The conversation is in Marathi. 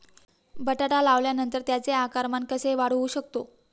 बटाटा लावल्यानंतर त्याचे आकारमान कसे वाढवू शकतो?